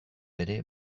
ere